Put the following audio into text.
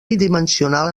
bidimensional